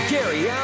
Gary